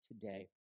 today